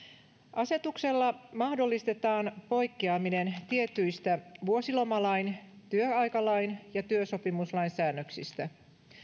asetuksella mahdollistetaan poikkeaminen tietyistä vuosilomalain työaikalain ja työsopimuslain säännöksistä